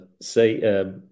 Say